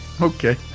okay